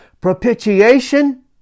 Propitiation